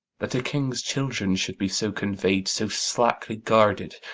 that a king's children should be so convey'd, so slackly guarded,